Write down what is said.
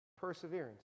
Perseverance